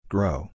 Grow